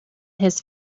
his